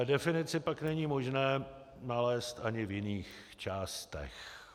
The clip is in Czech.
Definici pak není možné nalézt ani v jiných částech.